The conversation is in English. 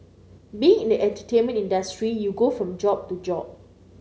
being in the entertainment industry you go from job to job